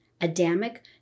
Adamic